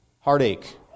heartache